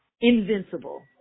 invincible